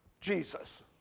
Jesus